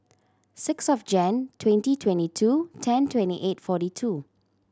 six of Jan twenty twenty two ten twenty eight forty two